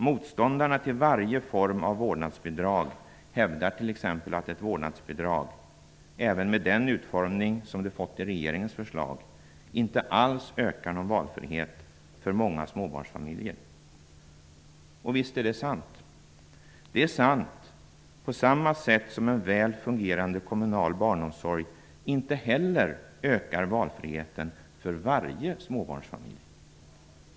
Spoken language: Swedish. Motståndarna till varje form av vårdnadsbidrag hävdar t.ex. att ett vårdnadsbidrag -- även med den utformning det fått i regeringens förslag -- inte alls ökar valfriheten när det gäller många småbarnsfamiljer. Visst är det sant! Det är sant på samma sätt som att en väl fungerande kommunal barnomsorg inte heller ökar valfriheten för varje småbarnsfamilj.